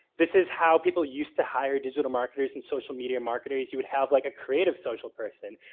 this is how people used to hire digital marketers and social media marketers. you would have like creative social person.